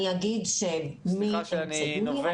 אני אגיד -- סליחה שאני נובר בזה.